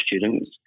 students